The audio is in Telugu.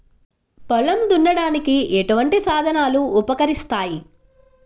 పొలం దున్నడానికి ఎటువంటి సాధనాలు ఉపకరిస్తాయి?